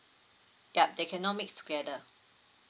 yup they cannot mix together